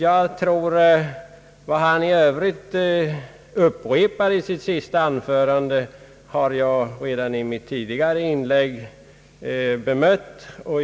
Vad han i övrigt upprepade i sitt senaste anförande har jag redan bemött i mitt tidigare inlägg.